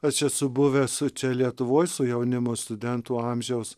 aš esu buvęs čia lietuvoj su jaunimu studentų amžiaus